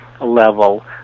level